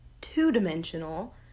two-dimensional